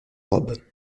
robe